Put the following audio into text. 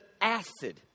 acid